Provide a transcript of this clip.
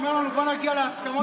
אומר לנו: בואו נגיע להסכמות,